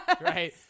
Right